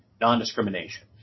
non-discrimination